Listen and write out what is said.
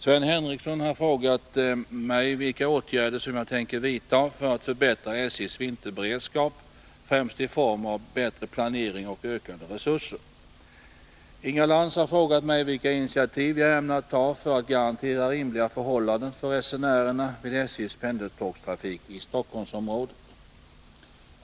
Sven Henricsson har frågat mig vilka åtgärder som jag tänker vidta för att förbättra SJ:s vinterberedskap främst i form av bättre planering och ökade resurser. Inga Lantz har frågat mig vilka initiativ jag ämnar ta för att garantera rimliga förhållanden för resenärerna vid SJ:s pendeltågstrafik i Stockholmsområdet.